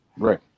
right